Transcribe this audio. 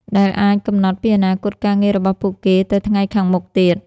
ដែលអាចកំណត់ពីអនាគតការងាររបស់ពួកគេទៅថ្ងៃខាងមុខទៀត។